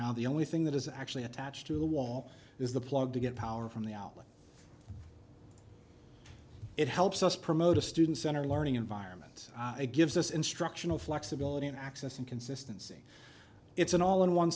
now the only thing that is actually attached to the wall is the plug to get power from the outlet it helps us promote a student center learning environment gives us instructional flexibility and access and consistency it's an all in one